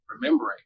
remembering